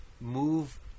move